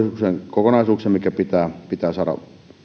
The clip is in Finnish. uudistuskokonaisuuksia mitkä pitää pitää saada